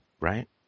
Right